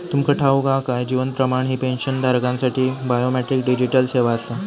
तुमका ठाऊक हा काय? जीवन प्रमाण ही पेन्शनधारकांसाठी बायोमेट्रिक डिजिटल सेवा आसा